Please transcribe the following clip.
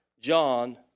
John